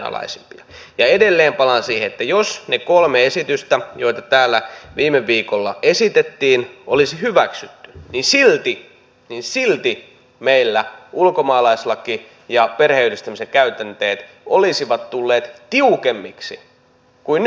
ja edelleen palaan siihen että jos ne kolme esitystä joita täällä viime viikolla esitettiin olisi hyväksytty niin silti meillä ulkomaalaislaki ja perheenyhdistämisen käytänteet olisivat tulleet tiukemmiksi kuin nykykäytänteet